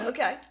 Okay